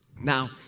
Now